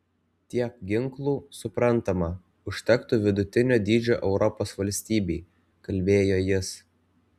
tiek ginklų suprantama užtektų vidutinio dydžio europos valstybei kalbėjo jis